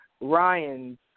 Ryan's